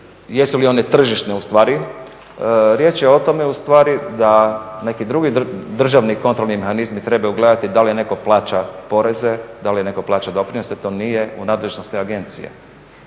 jesu li one tržišne ustvari riječ je o tome ustvari da neki drugi državni kontrolni mehanizmi trebaju gledati da li netko plaća poreze, da li netko plaća doprinose, to nije u nadležnosti agencije.